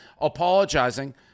apologizing